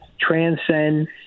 transcend